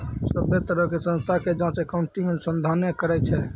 सभ्भे तरहो के संस्था के जांच अकाउन्टिंग अनुसंधाने करै छै